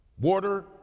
Water